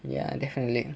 ya definitely